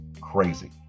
crazy